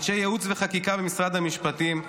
אנשי ייעוץ וחקיקה במשרד המשפטים,